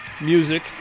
music